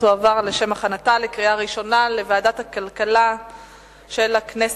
תועבר לשם הכנתה לקריאה ראשונה לוועדת הכלכלה של הכנסת.